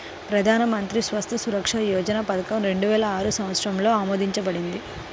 ప్రధాన్ మంత్రి స్వాస్థ్య సురక్ష యోజన పథకం రెండు వేల ఆరు సంవత్సరంలో ఆమోదించబడింది